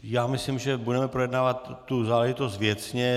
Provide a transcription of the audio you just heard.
Já myslím, že budeme projednávat tu záležitost věcně.